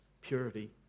purity